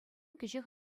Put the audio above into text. кӗҫех